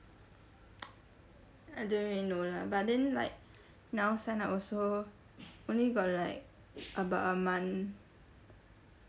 I don't really know lah but then like now sign up also only got like about a month